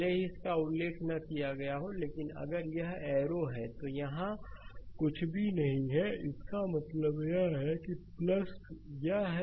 भले ही इसका उल्लेख न किया गया हो लेकिन अगर यह एरो है तो यहां कुछ भी नहीं है इसका मतलब यह है यह है